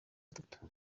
atatu